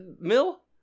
Mill